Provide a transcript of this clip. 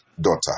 daughter